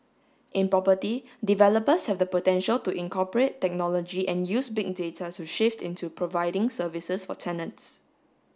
in property developers have the potential to incorporate technology and use Big Data to shift into providing services for tenants